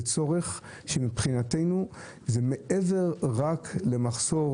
זה צורך שמבחינתנו הוא מעבר רק למחסור